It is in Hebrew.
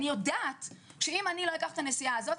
אני יודעת שאם אני לא אקח את הנסיעה הזאת,